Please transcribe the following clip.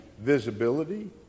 visibility